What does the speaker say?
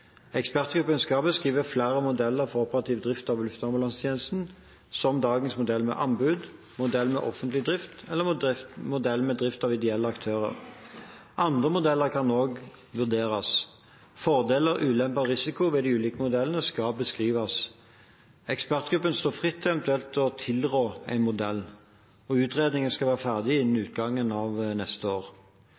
Ekspertgruppen skal beskrive flere modeller for operativ drift av luftambulansetjenesten, som dagens modell med anbud, modell med offentlig drift og modell med drift av ideelle aktører. Andre modeller kan også vurderes. Fordeler, ulemper og risiko ved de ulike modellene skal beskrives. Ekspertgruppen står fritt til eventuelt å tilrå en modell. Utredningen skal være ferdig innen utgangen av neste år.